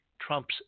Trump's